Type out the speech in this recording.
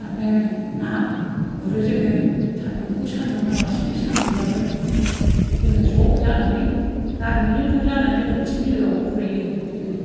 आरनो ना गुरो जोङो सान्दुंखौ सान्दुं होनालासिनो सान्दुंबाबो जोङो ज' जानानै गामियैनो ज' जानानै जों मोनसे बिलोआव गुरहैयो जोङो